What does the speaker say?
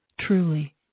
truly